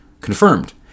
confirmed